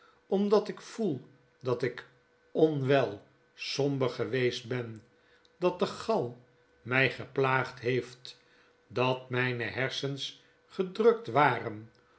omdat ik voel dat ik onwel somber geweest ben dat de gal mij geplaagd heeft dat mijne hersensgedruktwaren of wat